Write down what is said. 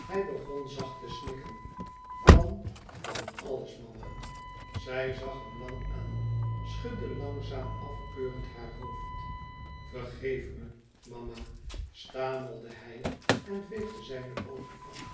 hij begon zacht te snikken van van alles mama e ids aargang ij zag hem lang aan schudde langzaam afkeurend haar hoofd vergeef me mama stamelde hij en hij veegde zijne oogen af